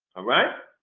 alright.